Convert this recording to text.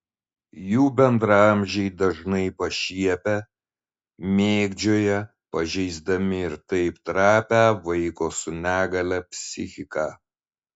jų bendraamžiai dažnai pašiepia mėgdžioja pažeisdami ir taip trapią vaiko su negalia psichiką